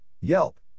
Yelp